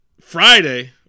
Friday